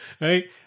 Right